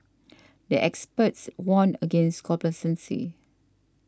the experts warned against complacency